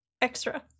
extra